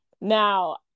Now